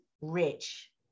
rich